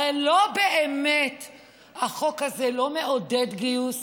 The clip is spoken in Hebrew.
הרי החוק הזה לא באמת מעודד גיוס